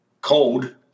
cold